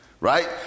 Right